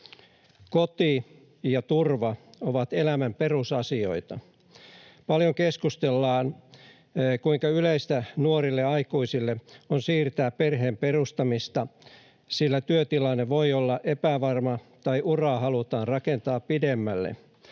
Koti ja turva ovat elämän perusasioita. Paljon keskustellaan, kuinka yleistä nuorille aikuisille on siirtää perheenperustamista, sillä työtilanne voi olla epävarma tai uraa halutaan rakentaa pidemmälle